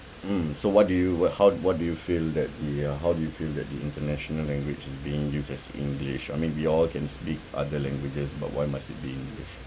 mm so what do you what how what do you feel that the uh how do you feel that the international language is being used is english I mean we all can speak other languages but why must it be